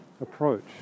approach